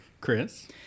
chris